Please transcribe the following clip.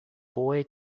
boy